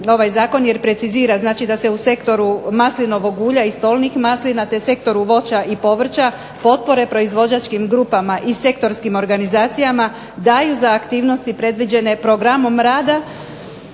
ovaj zakon jer precizira, znači da se u sektoru maslinovog ulja i stolnih maslina te sektoru voća i povrća potpore proizvođačkim grupama i sektorskim organizacijama daju za aktivnosti predviđene programom rada,